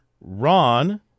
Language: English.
Ron